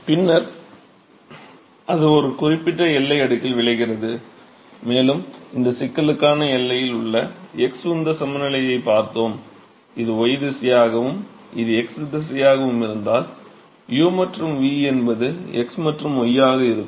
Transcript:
பின்னர் அது ஒரு குறிப்பிட்ட எல்லை அடுக்கில் விளைகிறது மேலும் இந்த சிக்கலுக்கான எல்லையில் உள்ள x உந்த சமநிலையைப் பார்த்தோம் இது y திசையாகவும் இது x திசையாகவும் இருந்தால் u மற்றும் v என்பது x மற்றும் y ஆக இருக்கும்